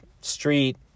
street